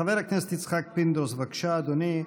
חבר הכנסת יצחק פינדרוס, בבקשה, אדוני,